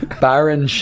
baron